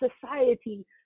society